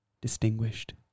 distinguished